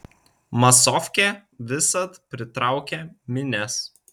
masofkė visad pritraukia minias